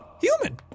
human